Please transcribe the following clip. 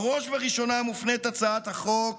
בראש וראשונה מופנית הצעת החוק